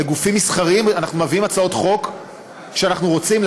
לגופים מסחריים אנחנו מביאים הצעות חוק שאנחנו רוצים,